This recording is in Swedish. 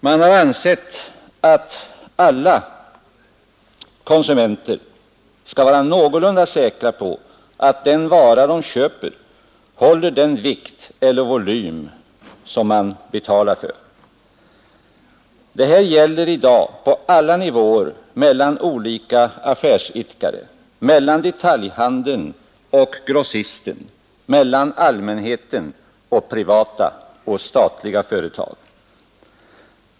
Man har ansett att alla konsumenter skall vara någorlunda säkra på att den vara de köper håller den vikt eller volym som de betalar för. Detta gäller i dag på alla nivåer mellan olika affärsidkare, mellan detaljhandeln och grossisten, mellan allmänheten och privata och statliga företag.